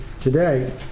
today